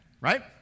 right